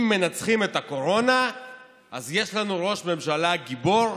אם מנצחים את הקורונה אז יש לנו ראש ממשלה גיבור,